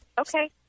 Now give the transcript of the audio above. Okay